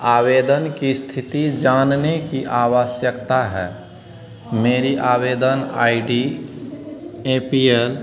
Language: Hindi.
आवेदन की स्थिति जानने की आवश्यकता है मेरी आवेदन I D A P L